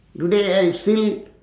today I still